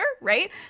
right